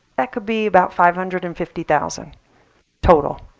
that could be about five hundred and fifty thousand total.